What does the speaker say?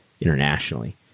internationally